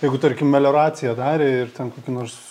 jeigu tarkim melioracija darė ir ten kokį nors